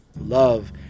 love